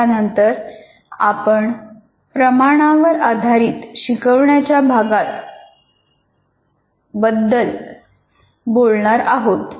त्यानंतर आपण प्रमाणावर आधारित शिकवण्याच्या भागात बद्दल बोलणार आहोत